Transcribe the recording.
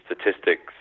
statistics